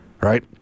right